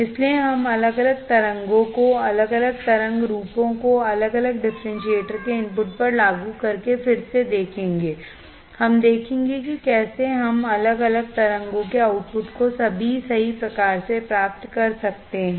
इसलिए हम अलग अलग तरंगों को अलग अलग तरंग रूपों को अलग अलग डिफरेंशिएटर के इनपुट पर लागू करके फिर से देखेंगे हम देखेंगे कि कैसे हम अलग अलग तरंगों के आउटपुट को सभी सही प्रकार से प्राप्त कर सकते हैं